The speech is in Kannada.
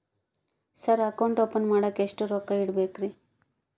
ಸರ್ ಅಕೌಂಟ್ ಓಪನ್ ಮಾಡಾಕ ಎಷ್ಟು ರೊಕ್ಕ ಇಡಬೇಕ್ರಿ?